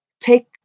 Take